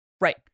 Right